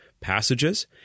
passages